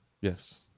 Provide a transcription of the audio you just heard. Yes